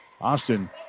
Austin